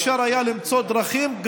אפשר היה למצוא דרכים,